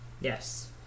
yes